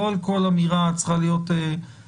לא על כל אמירה צריכה להיות הבהרה.